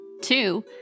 Two